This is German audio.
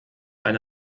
eine